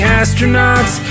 astronauts